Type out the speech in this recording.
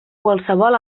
qualsevol